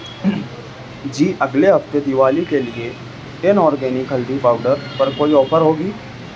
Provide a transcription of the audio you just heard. جی اگلے ہفتے دیوالی کے لیے ٹین آرگینک ہلدی پاؤڈر پر کوئی آفر ہوگی